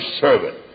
servant